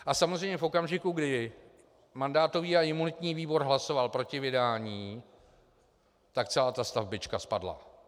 A samozřejmě v okamžiku, kdy mandátový a imunitní výbor hlasoval proti vydání, tak celá ta stavbička spadla.